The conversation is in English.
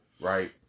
right